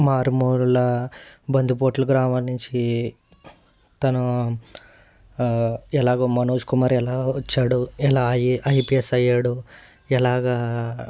మారుమూల బందిపోట్ల గ్రామం నుంచి తనూ ఎలాగో మనోజ్ కుమార్ ఎలా వచ్చాడో ఎలా ఐ ఐపీఎస్ అయ్యాడు ఎలాగా